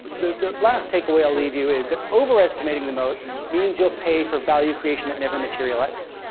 the the last takeaway i'll leave you is that overestimating the moat means you'll pay for value creation that never materializes.